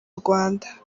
rwanda